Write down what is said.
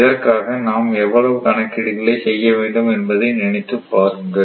இதற்காக நாம் எவ்வளவு கணக்கீடுகளை செய்ய வேண்டும் என்பதை நினைத்துப் பாருங்கள்